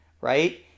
right